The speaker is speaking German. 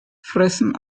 fressen